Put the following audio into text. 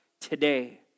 today